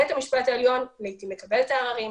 בית המשפט העליון לעתים מקבל את העררים,